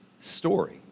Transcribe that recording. story